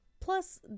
Plus